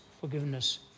forgiveness